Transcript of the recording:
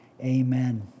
amen